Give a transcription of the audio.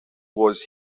was